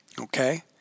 Okay